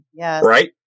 right